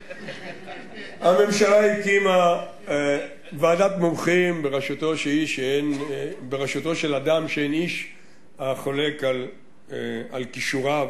הממשלה הקימה ועדת מומחים בראשותו של אדם שאין איש החולק על כישוריו,